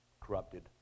corrupted